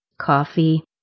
coffee